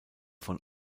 von